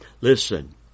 Listen